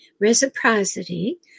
reciprocity